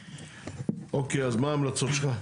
אז מה ההמלצות שלךָ?